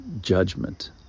judgment